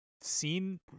seen